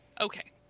Okay